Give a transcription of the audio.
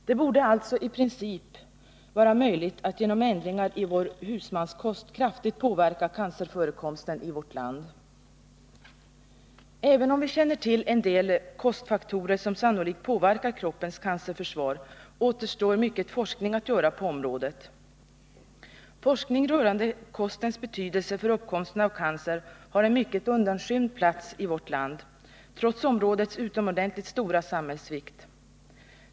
Det borde alltså i princip vara möjligt att genom ändringar i vår husmanskost 143 kraftigt påverka cancerförekomsten i vårt land. Även om vi känner till en del kostfaktorer som sannolikt påverkar kroppens cancerförsvar, återstår mycket forskning att göra på området. Forskning rörande kostens betydelse för uppkomsten av cancer har en mycket undanskymd plats i vårt land, trots områdets utomordentligt stora samhällsvikt.